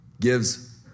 gives